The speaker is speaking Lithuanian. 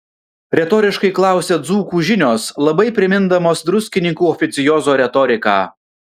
retoriškai klausia dzūkų žinios labai primindamos druskininkų oficiozo retoriką